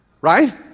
Right